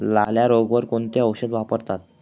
लाल्या रोगावर कोणते औषध वापरतात?